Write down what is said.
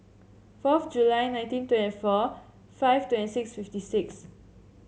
fourth July nineteen twenty four five twenty six fifty six